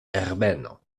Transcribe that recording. herbeno